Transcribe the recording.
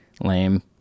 lame